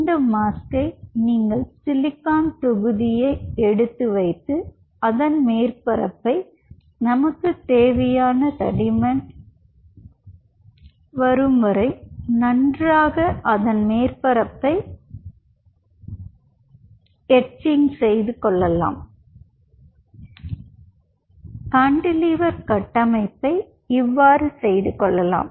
எனவே நீங்கள் சிலிக்கானின் தொகுதியை எடுத்து மாஸ்க்கை வைத்து அதன் மேற்பரப்பை நமக்கு தேவையான தடிமன் வரும்வரை நன்றாக எட்சிங் செய்யலாம் கான்டிலீவர் கட்டமைப்பை இவ்வாறு செய்து கொள்ளலாம்